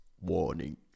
warning